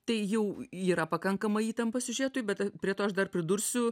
tai jau yra pakankama įtampa siužetui bet prie to aš dar pridursiu